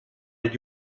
did